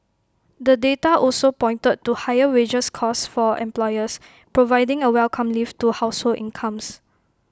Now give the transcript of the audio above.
the data also pointed to higher wages costs for employers providing A welcome lift to household incomes